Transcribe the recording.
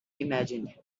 imagined